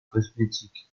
cosmétiques